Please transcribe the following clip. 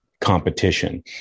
competition